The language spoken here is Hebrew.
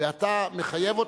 ואתה מחייב,